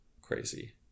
crazy